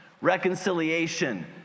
reconciliation